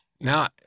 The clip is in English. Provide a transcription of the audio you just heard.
Now